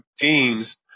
teams